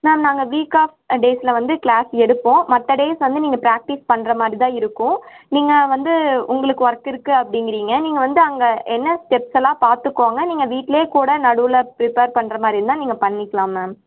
ma'am நாங்கள் week off டேஸில் வந்து கிளாஸ் எடுப்போம் மற்ற டேஸ் வந்து நீங்கள் ப்ராக்டிஸ் பண்ணுற மாதிரி தான் இருக்கும் நீங்கள் வந்து உங்களுக்கு ஒர்க் இருக்குது அப்படிங்கிறீங்க நீங்கள் வந்து அங்கே என்ன ஸ்டெப்ஸ் எல்லாம் பாத்துக்கங்க நீங்கள் வீட்லேயே கூட நடுவில் ப்ரிப்பேர் பண்ணுற மாதிரி இருந்தால் நீங்கள் பண்ணிக்கலாம் மேம்